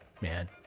man